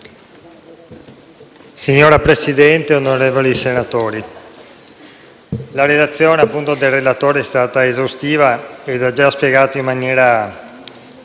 Signor Presidente, onorevoli senatori, il relatore è stato esaustivo e ha già spiegato in maniera